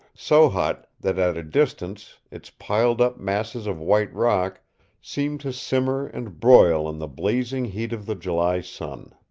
so hot that at a distance its piled-up masses of white rock seemed to simmer and broil in the blazing heat of the july sun.